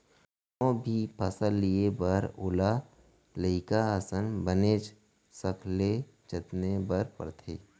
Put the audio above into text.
कोनो भी फसल लिये बर ओला लइका असन बनेच सखले जतने बर परथे